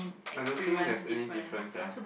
I don't think there's any difference eh